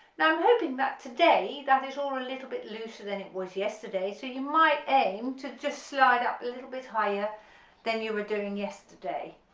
now i'm hoping that today that is all a little bit looser than it was yesterday so you might aim to just slide up a little bit higher than you were doing yesterday,